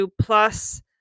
plus